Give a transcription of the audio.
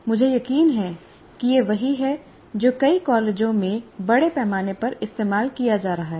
मुझे यकीन है कि यह वही है जो कई कॉलेजों में बड़े पैमाने पर इस्तेमाल किया जा रहा है